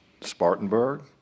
Spartanburg